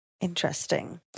Interesting